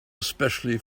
especially